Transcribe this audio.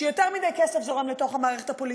שיותר מדי כסף זורם לתוך המערכת הפוליטית.